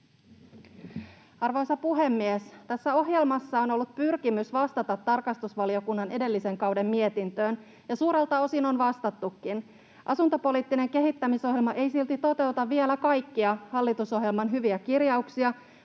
Arvoisa puhemies! Tässä ohjelmassa on ollut pyrkimys vastata tarkastusvaliokunnan edellisen kauden mietintöön, ja suurelta osin on vastattukin. Asuntopoliittinen kehittämisohjelma ei silti toteuta vielä kaikkia hallitusohjelman hyviä kirjauksia,